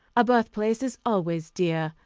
a birthplace is always dear,